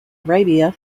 arabia